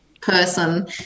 person